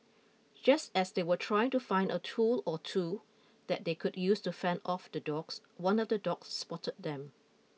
just as they were trying to find a tool or two that they could use to fend off the dogs one of the dogs spotted them